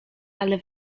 ale